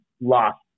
lost